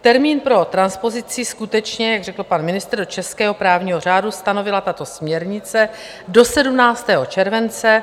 Termín pro transpozici skutečně, jak řekl pan ministr, do českého právního řádu stanovila tato směrnice do 17. července 2021.